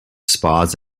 spas